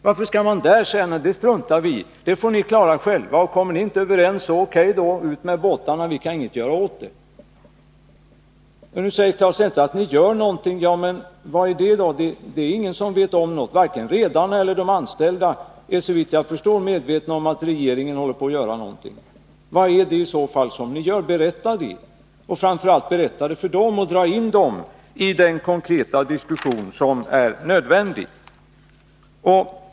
Varför skall man beträffande sjöfarten säga att det struntar vi i? Det får ni klara själva. Och kommer ni inte överens — O.K., ut med båtarna då. Vi kan inget göra åt det. Men nu säger Claes Elmstedt att regeringen gör någonting i detta avseende. Ja, men vad är det då? Ingen vet något om den saken. Varken redarna eller de anställda är såvitt jag förstår medvetna om att regeringen håller på att göra någonting. Vad är det i så fall som ni gör? Berätta det. Och berätta det framför allt för de berörda och dra in dem i den konkreta diskussion som är nödvändig.